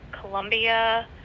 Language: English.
colombia